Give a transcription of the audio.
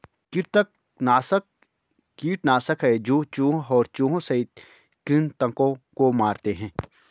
कृंतकनाशक कीटनाशक है जो चूहों और चूहों सहित कृन्तकों को मारते है